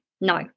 no